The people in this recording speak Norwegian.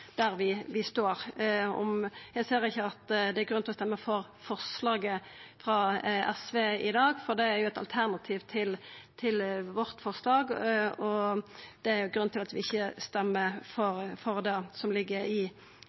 der vi står. Eg ser ikkje at det er grunn til å stemma for forslaget frå SV i dag, for det er jo eit alternativ til vårt forslag. Det er grunnen til at vi ikkje stemmer for det som ligg i